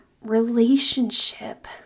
relationship